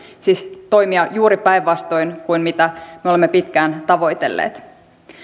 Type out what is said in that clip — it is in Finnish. siis toimia juuri päinvastoin kuin mitä me olemme pitkään tavoitelleet